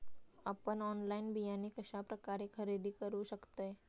आपन ऑनलाइन बियाणे कश्या प्रकारे खरेदी करू शकतय?